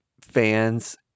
fans